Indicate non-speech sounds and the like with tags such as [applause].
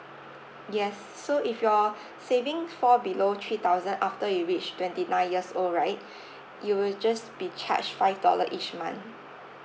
yes so if your saving fall below three thousand after you reach twenty nine years old right [breath] you will just be charged five dollar each month